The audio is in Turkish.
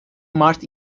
mart